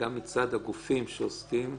וגם מצד הגופים שעוסקים,